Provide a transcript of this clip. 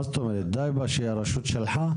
את אומרת שדי שהרשות שלחה?